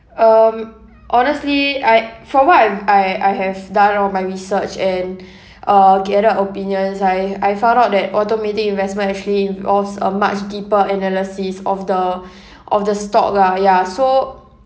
um honestly I for what I've I I have done all my research and uh gather opinions I I found out that automating investment actually involves a much deeper analysis of the of the stock lah ya so